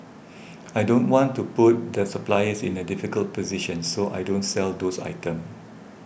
I don't want to put the suppliers in a difficult position so I don't sell those items